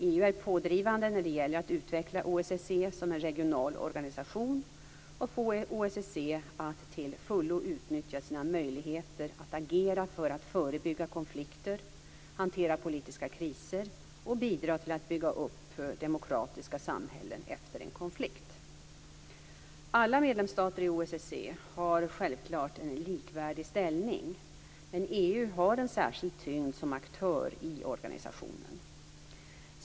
EU är pådrivande när det gäller att utveckla OSSE som en regional organisation och få OSSE att till fullo utnyttja sina möjligheter att agera för att förebygga konflikter, hantera politiska kriser och bidra till att bygga upp demokratiska samhällen efter en konflikt. Alla medlemsstater i OSSE har självklart en likvärdig ställning, men EU har en särskild tyngd som aktör i organisationen.